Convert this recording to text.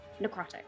necrotic